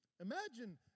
Imagine